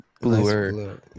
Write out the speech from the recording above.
bluer